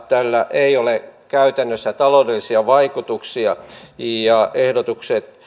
tällä ei ole käytännössä taloudellisia vaikutuksia ehdotuksen